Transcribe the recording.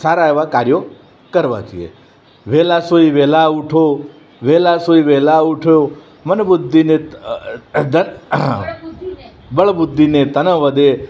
સારા એવા કાર્યો કરવા જોઈએ વહેલા સૂઈ વેહલા ઊઠો વહેલા સૂઈ વહેલા ઊઠો મનબુદ્ધિને બળબુદ્ધિને તન વધે